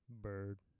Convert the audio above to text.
Bird